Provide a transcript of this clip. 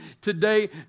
today